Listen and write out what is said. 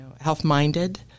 health-minded